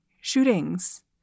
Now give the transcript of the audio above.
shootings